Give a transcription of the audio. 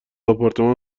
آپارتمان